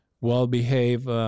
well-behaved